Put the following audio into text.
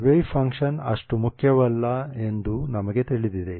wave function ಅಷ್ಟು ಮುಖ್ಯವಲ್ಲ ಎಂದು ನಮಗೆ ತಿಳಿದಿದೆ